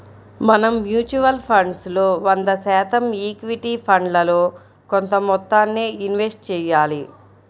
మనం mutual funds లో వంద శాతం ఈక్విటీ ఫండ్లలో కొంత మొత్తాన్నే ఇన్వెస్ట్ చెయ్యాలి